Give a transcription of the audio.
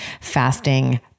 fasting